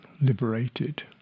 liberated